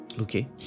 okay